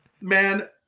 Man